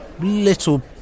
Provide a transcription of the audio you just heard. little